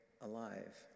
alive